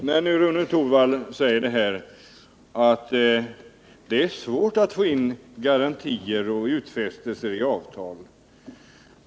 Herr talman! Rune Torwald säger att det är svårt att få in garantier och utfästelser i avtal.